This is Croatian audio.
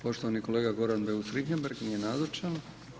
Poštovani kolega Goran Beus Richembergh, nije nazočan.